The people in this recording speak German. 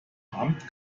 amt